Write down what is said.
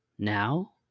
Now